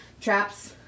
Traps